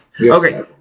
Okay